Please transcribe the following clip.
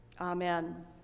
Amen